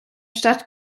stadt